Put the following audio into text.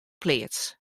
pleats